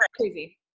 Crazy